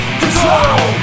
control